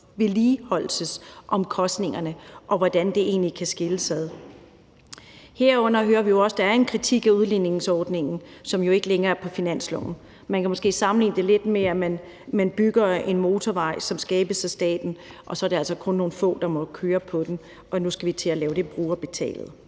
vedligeholdelsesomkostningerne, og hvordan det egentlig kan skilles ad. Herunder hører vi jo også, at der er en kritik af udligningsordningen, som ikke længere er på finansloven. Man kan måske sammenligne det lidt med, at man bygger en motorvej, som skabes af staten, og så er det altså kun nogle få, der må køre på den, og nu skal vi til at gøre det brugerbetalt.